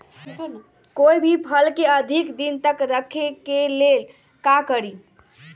कोई भी फल के अधिक दिन तक रखे के ले ल का करी?